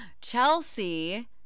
Chelsea